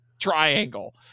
triangle